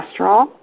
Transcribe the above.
cholesterol